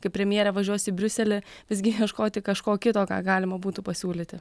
kaip premjerė važiuos į briuselį visgi ieškoti kažko kito ką galima būtų pasiūlyti